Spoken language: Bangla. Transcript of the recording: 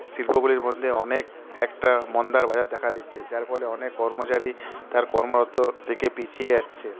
শিল্পগুলির মধ্যে অনেক একটা মন্দার ভয়ও দেখা দিচ্ছে যার ফলে অনেক কর্মচারী তার কর্মরত থেকে পিছিয়ে যাচ্ছে